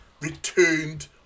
returned